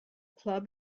club